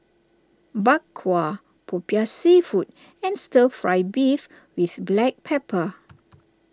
Bak Kwa Popiah Seafood and Stir Fry Beef with Black Pepper